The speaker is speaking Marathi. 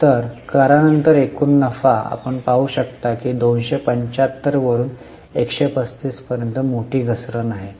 तर करानंतर एकूण नफा आपण पाहू शकता की 275 वरून 135 पर्यंत मोठी घसरण होईल